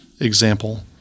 example